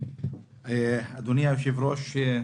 אדוני היושב-ראש,